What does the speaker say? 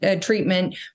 treatment